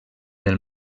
del